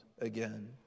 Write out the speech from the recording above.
again